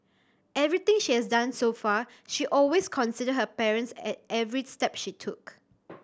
everything she has done so far she always considered her parents at every step she took